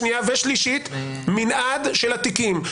שנייה ושלישית מנעד של התיקים.